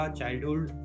childhood